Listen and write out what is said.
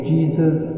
Jesus